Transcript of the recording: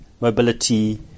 mobility